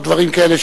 או דברים כאלה,